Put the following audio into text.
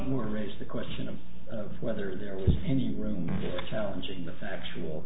more raise the question of whether there is any room challenging the factual